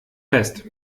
fest